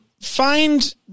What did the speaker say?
find